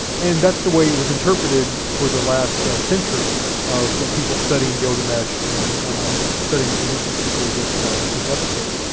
and that's the way it was interpreted for the last century of people studying gilgamesh and studying in particular this this episode.